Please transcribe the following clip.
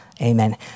Amen